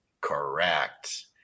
Correct